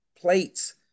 plates